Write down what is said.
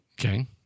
Okay